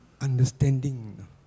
understanding